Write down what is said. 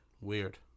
Weird